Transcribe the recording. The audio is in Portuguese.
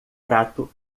prato